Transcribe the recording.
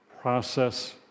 process